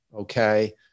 okay